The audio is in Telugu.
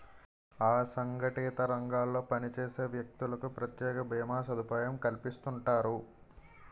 అసంగటిత రంగాల్లో పనిచేసే వ్యక్తులకు ప్రత్యేక భీమా సదుపాయం కల్పిస్తుంటారు